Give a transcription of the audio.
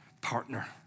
Partner